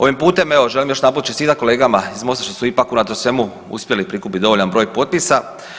Ovim putem evo želim još jedanput čestitat kolegama iz Mosta što su ipak unatoč svemu uspjeli prikupit dovoljan broj potpisa.